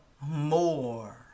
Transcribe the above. More